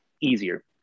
easier